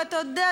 ואתה יודע,